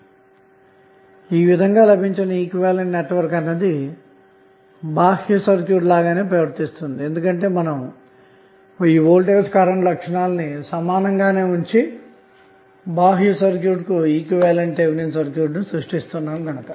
కాబట్టి ఈ విధంగా లభించిన ఈక్వివలెంట్ నెట్వర్క్ అన్నది బాహ్య సర్క్యూట్ లాగానే ప్రవర్తిస్తుంది ఎందుకంటే మనం V I లక్షణాన్ని సమానంగానే ఉంచి బాహ్య సర్క్యూట్ కు ఈక్వివలెంట్ థెవెనిన్ సర్క్యూట్ ను సృష్టిస్తున్నాము గనక